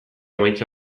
emaitza